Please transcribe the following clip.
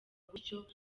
gutyo